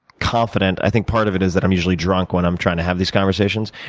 confident. i think part of it is that i'm usually drunk when i'm trying to have these conversations.